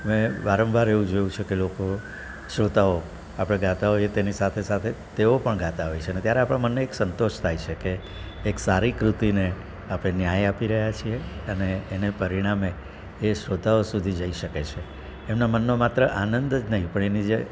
મેં વારંવાર એવું જોયું છે કે લોકો શ્રોતાઓ આપણે ગાતા હોઈએ એની સાથે તેઓ પણ ગાતા હોય છે ત્યારે આપણાં મનને એક સંતોષ થાય છે કે એક સારી કૃતિંને આપણે ન્યાય આપી રહ્યા છીએ અને એને પરિણામે એ શ્રોતાઓ સુધી જઈ શકે છે એમનો મનનો માત્ર આનંદ જ નહીં પણ એની જે